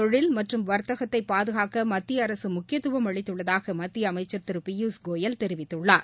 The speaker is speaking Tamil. தொழில் மற்றும் வர்த்தகத்தை பாதுகாக்க மத்திய அரசு உள்நாட்டு முக்கியத்துவம் அளித்துள்ளதாக மத்திய அமைச்சர் திரு பியூஷ் கோயல் தெரிவித்துள்ளார்